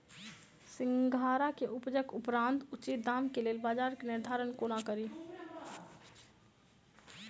सिंघाड़ा केँ उपजक उपरांत उचित दाम केँ लेल बजार केँ निर्धारण कोना कड़ी?